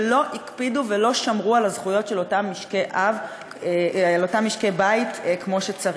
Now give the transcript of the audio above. שלא הקפידו ולא שמרו על הזכויות של אותם משקי בית כמו שצריך: